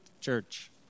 church